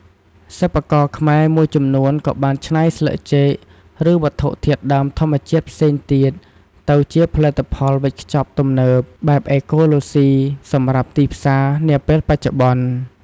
សិប្បករខ្មែរមួយចំនួនក៏បានច្នៃស្លឹកចេក ឬវត្ថុធាតុដើមធម្មជាតិផ្សេងទៀត ទៅជា ផលិតផលវេចខ្ចប់ទំនើប បែបអេកូឡូស៊ីសម្រាប់ទីផ្សារនាពេលបច្ចុប្បន្ន។